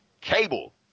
Cable